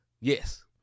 Yes